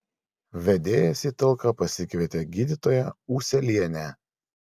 vedėjas į talką pasikvietė gydytoją ūselienę